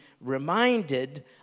reminded